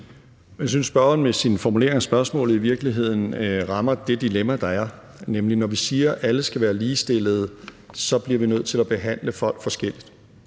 Jeg synes, spørgeren med sin formulering af spørgsmålet i virkeligheden rammer det dilemma, der er, nemlig at når vi siger, alle skal være ligestillede, bliver vi nødt til at behandle folk forskelligt.